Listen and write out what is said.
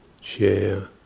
share